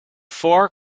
far